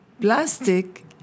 plastic